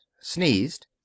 sneezed